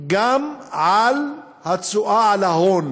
גם על התשואה על ההון,